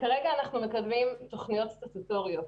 כרגע אנחנו מקדמים תוכניות סטטוטוריות.